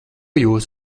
jūs